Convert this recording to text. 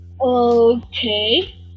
okay